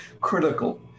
critical